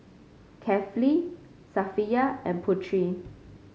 Kefli Safiya and Putri